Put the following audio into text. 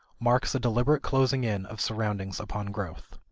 marks a deliberate closing in of surroundings upon growth.